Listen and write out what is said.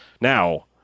Now